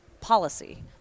policy